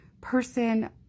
person